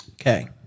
okay